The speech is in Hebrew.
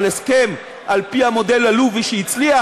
אבל הסכם על-פי המודל הלובי שהצליח